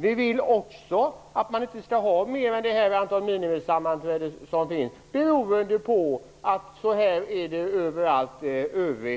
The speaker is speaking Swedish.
Vi vill också att man inte skall ha fler sammanträden än minimiantalet, beroende på att det är så överallt i Europa